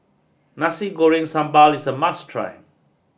Nasi Goreng Sambal is a must try